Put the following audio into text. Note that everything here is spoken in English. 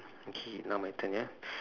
okay now my turn ya